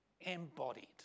embodied